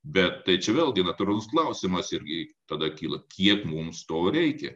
bet tai čia vėlgi natūralus klausimas irgi tada kyla kiek mums to reikia